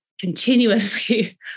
continuously